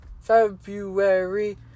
February